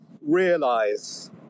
realize